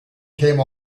came